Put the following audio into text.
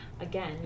again